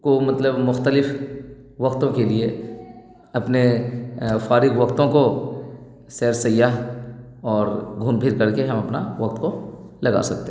کو مطلب مختلف وقتوں کے لیے اپنے فارغ وقتوں کو سیر سیاح اور گھوم پھر کرکے ہم اپنا وقت کو لگا سکتے